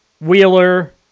Wheeler